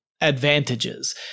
advantages